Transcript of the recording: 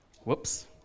Whoops